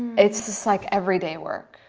it's just like everyday work,